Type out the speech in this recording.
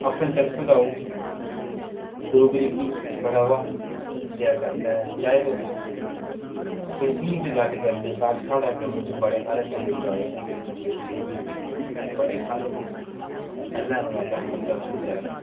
अपनी तरफ दा ओह् डोगरी गी बढ़ावा देआ करदा ऐ चाहे तुस सिंगिंग च गल्ल करदे ओह् तां साढ़े जम्मू च बड़े सारे डोगरी गाने निकली चुके दे न रिलिज़ होई चुके दे न बड़े सारे पैह्लें कशा बड़े जादै